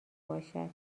باشد